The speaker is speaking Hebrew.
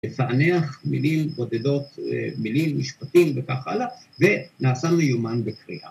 ‫לפענח מילים בודדות, מילים משפטיים ‫וכך הלאה, ונעשה מיומן בקריאה.